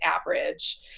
average